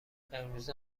امروزه